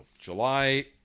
July